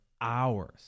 hours